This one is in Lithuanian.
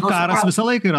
karas visą laiką yra